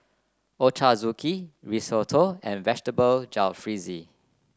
Ochazuke Risotto and Vegetable Jalfrezi